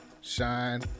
shine